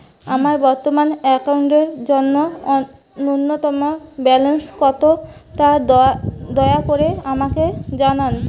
আমার বর্তমান অ্যাকাউন্টের জন্য ন্যূনতম ব্যালেন্স কত তা দয়া করে আমাকে জানান